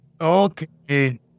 Okay